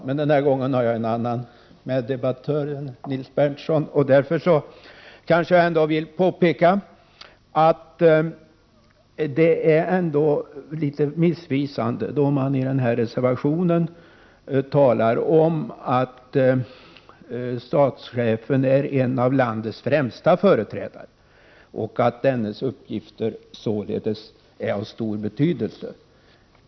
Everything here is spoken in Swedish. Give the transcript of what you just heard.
Men den här gången har jag en annan meddebattör än Nils Berndtson, och därför vill jag ändå påpeka att det är något missvisande när man i reservation 1 talar om att statschefen är en av landets främsta företrädare och att statschefens uppgifter således är av stor betydelse.